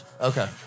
okay